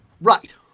Right